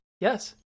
Yes